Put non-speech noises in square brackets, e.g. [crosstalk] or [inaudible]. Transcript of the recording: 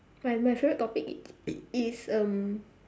my my favourite topic is [noise] is um